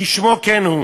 כשמו כן הוא.